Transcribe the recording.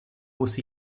muss